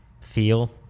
feel